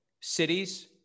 cities